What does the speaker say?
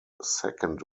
second